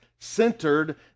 centered